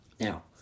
Now